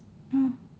mm